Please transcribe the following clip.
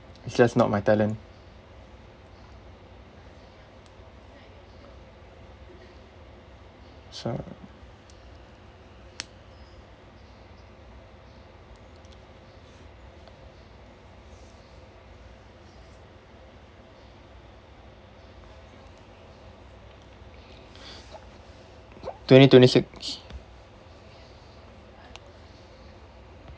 it's just not my talent so twenty twenty six